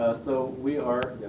so we are.